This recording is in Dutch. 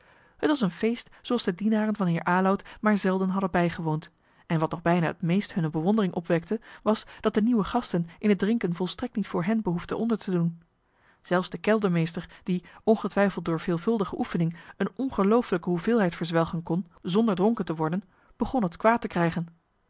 t was een feest zooals de dienaren van heer aloud maar zelden hadden bijgewoond en wat nog bijna het meest hunne bewondering opwekte was dat de nieuwe gasten in het drinken volstrekt niet voor hen behoefden onder te doen zelfs de keldermeester die ongetwijfeld door veelvuldige oefening eene ongelooflijke hoeveelheid verzwelgen kon zonder dronken te worden begon het te kwaad te krijgen